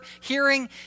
hearing